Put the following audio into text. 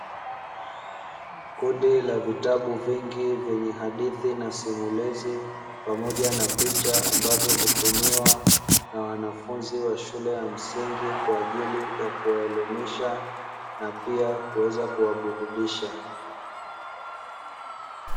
Kundi la vitabu vingi vyenye hadithi na simulizi pamoja na picha ambavyo hutumiwa na wanafunzi wa shule ya msingi kwa ajili ya kuwaelimisha na pia kuweza kuwaburudisha.